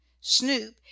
Snoop